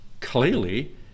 clearly